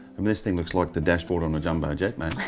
um this thing looks like the dashboard on a jumbo jet mate.